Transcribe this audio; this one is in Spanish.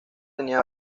tenía